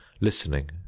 listening